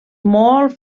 molt